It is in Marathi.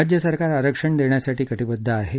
राज्यसरकार आरक्षण दृष्यिसाठी कटीबद्ध आहा